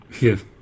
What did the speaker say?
Yes